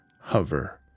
hover